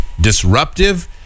disruptive